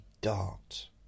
dart